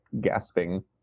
gasping